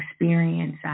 experience